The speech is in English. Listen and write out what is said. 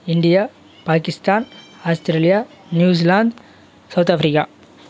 India Pakistan Australia New Zealand South Africa